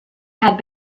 had